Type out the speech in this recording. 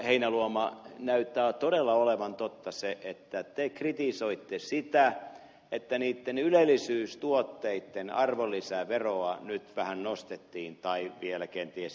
heinäluoma näyttää todella olevan totta se että te kritisoitte sitä että ylellisyystuotteitten arvonlisäveroa nyt vähän nostettiin tai vielä kenties jatkossakin nostetaan